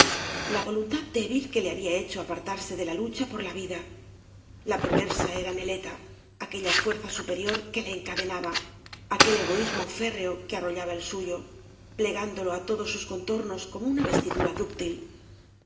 la voluntad débil que le había hecho apartarse de la lucha por la vida la perversa era neleta aquella fuerza supelior que le encadenaba aquel egoíamo férreo que arrollaba el suyo plegándolo á todos sus contornoe como una vestidura dúctil